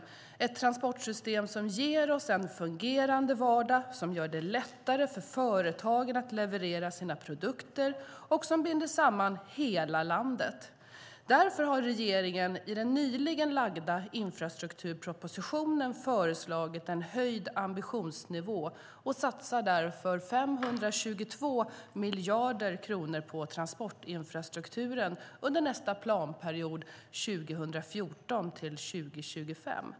Det ska vara ett transportsystem som ger oss en fungerande vardag, som gör det lättare för företagen att leverera sina produkter och som binder samman hela landet. Därför har regeringen i den nyligen lagda infrastrukturpropositionen föreslagit en höjd ambitionsnivå och satsar därför 522 miljarder kronor på transportinfrastrukturen under nästa planperiod 2014-2025.